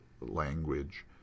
language